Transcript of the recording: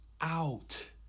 out